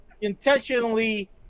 intentionally